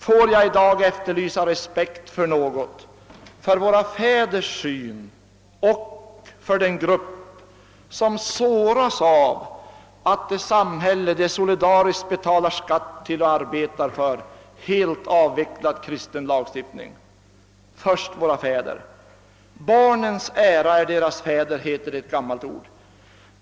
Får jag i dag efterlysa respekt för våra fäders syn och för den grupp, som såras av att det samhälle, som den solidariskt betalar skatt till och arbetar för, helt avvecklat kristen lagstiftning. Först gäller det våra fäder. »Barnens ära är deras fäder» heter ett gammalt ordspråk.